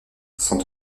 sans